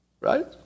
right